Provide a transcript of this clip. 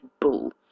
bull